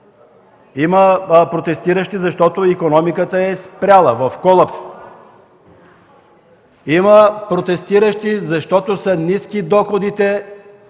има протестиращи, защото икономиката е спряла, в колапс е; има протестиращи, защото доходите